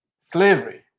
slavery